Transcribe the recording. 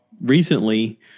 recently